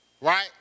right